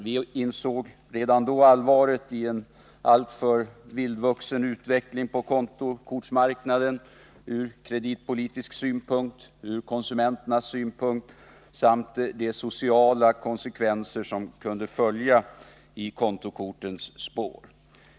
Vi insåg redan då allvaret i en alltför vildvuxen utveckling på kontokortsmarknaden från kreditpolitisk synpunkt och från konsumenternas synpunkt samt på grund av de sociala konsekvenser som kunde följa i kontokortens spår.